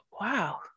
wow